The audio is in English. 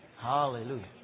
Hallelujah